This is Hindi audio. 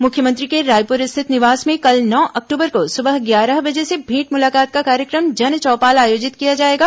मुख्यमंत्री के रायपुर स्थित निवास में कल नौ अक्टूबर को सुबह ग्यारह बजे से भेंट मुलाकात का कार्यक्रम जन चौपाल आयोजित किया जाएगा